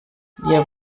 wir